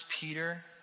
Peter